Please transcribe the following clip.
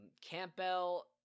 campbell